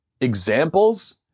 examples